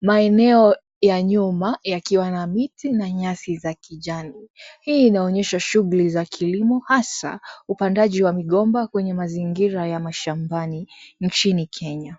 maeneo ya nyuma yakiwa na miti na nyasi ya kijani hii inaonyesha shughuli za kilimo hasa upandaji wa migomba kwenye mazingira ya mashambani nchini Kenya.